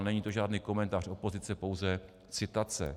Není to žádný komentář opozice, pouze citace.